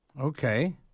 Okay